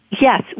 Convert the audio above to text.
Yes